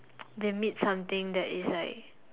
they meet something that is like